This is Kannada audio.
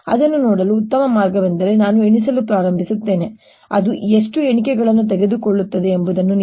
ಅದನ್ನು ನೋಡಲು ಉತ್ತಮ ಮಾರ್ಗವೆಂದರೆ ನಾನು ಎಣಿಸಲು ಪ್ರಾರಂಭಿಸುತ್ತೇನೆ ಮತ್ತು ಅದು ಎಷ್ಟು ಎಣಿಕೆಗಳನ್ನು ತೆಗೆದುಕೊಳ್ಳುತ್ತದೆ ಎಂಬುದನ್ನು ನೀವು ನೋಡುತ್ತೀರಿ